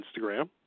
Instagram